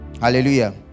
Hallelujah